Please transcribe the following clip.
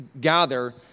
gather